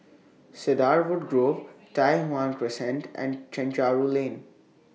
Cedarwood Grove Tai Hwan Crescent and Chencharu Lane